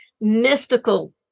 mystical